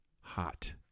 hot